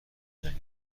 جنگل